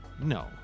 No